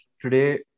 Today